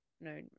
no